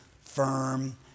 firm